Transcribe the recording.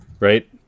Right